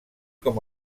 com